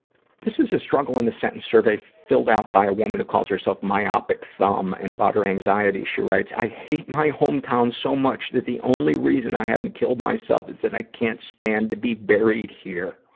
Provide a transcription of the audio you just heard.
this is a struggle in a sentence survey filled out by a woman who calls herself myopic thumb. and about her anxiety, she writes, i hate my hometown so much, that the only reason i haven't killed myself is that i can't stand to be buried here.